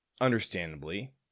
understandably